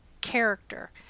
character